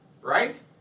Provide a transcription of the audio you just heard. right